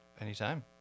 Anytime